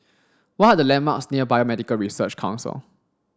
what are the landmarks near Biomedical Research Council